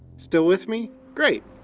still with me? great!